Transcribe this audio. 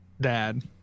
dad